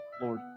Lord